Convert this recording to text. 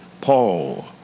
Paul